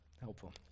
Helpful